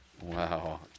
wow